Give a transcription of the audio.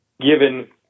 given